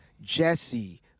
Jesse